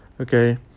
Okay